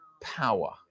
power